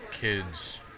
kids